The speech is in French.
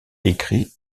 écrit